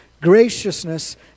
graciousness